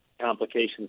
complications